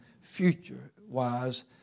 future-wise